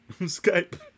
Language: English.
Skype